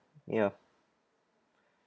ya